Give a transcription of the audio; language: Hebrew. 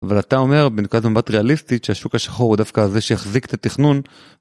אבל אתה אומר בנקודה מבט ריאליסטית שהשוק השחור הוא דווקא הזה שיחזיק את התכנון.